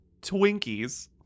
Twinkies